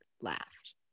laughed